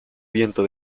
viento